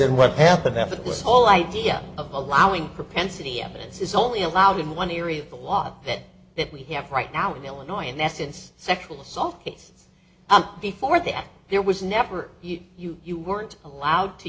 and what happened after this whole idea of allowing propensity evidence is only allowed in one area of the law that that we have right now in illinois in essence sexual assault case before that there was never you you weren't allowed to